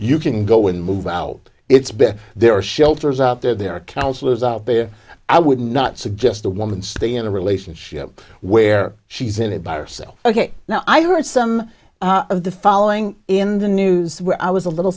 you can go in move out it's been there are shelters out there there are counselors out there i would not suggest a woman stay in a relationship where she's in it by herself ok now i heard some of the following in the news where i was a little